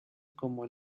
como